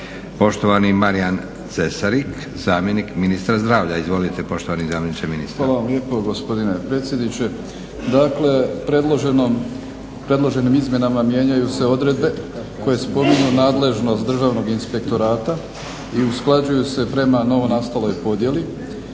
Poštovani Marijan Cesarik, zamjenik ministra zdravlja. Izvolite poštovani zamjeniče ministra. **Cesarik, Marijan** Hvala vam lijepo gospodine predsjedniče. Dakle, predloženim izmjenama mijenjaju se odredbe koje spominju nadležnost Državnog inspektorata i usklađuju se prema novonastaloj podjeli,